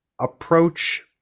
approach